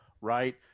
right